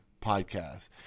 podcast